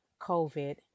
COVID